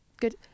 good